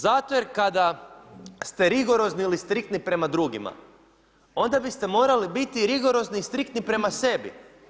Zato jer kada ste rigorozni ili striktni prema drugima, onda biste morali biti i rigorozni i striktni prema sebi.